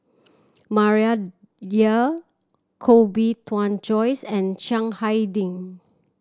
Maria Dyer Koh Bee Tuan Joyce and Chiang Hai Ding